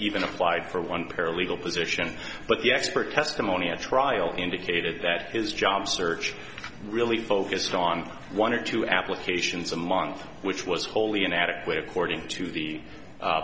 even applied for one paralegal position but the expert testimony at trial indicated that his job search really focused on one or two applications among which was wholly inadequate according to the